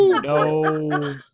no